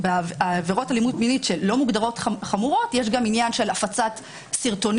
עבירות אלימות מינית שלא מוגדרות חמורות יש גם עניין של הפצת סרטונים,